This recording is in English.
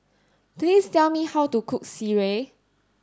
please tell me how to cook Sireh